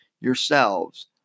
yourselves